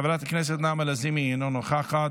חברת הכנסת נעמה לזימי, אינה נוכחת,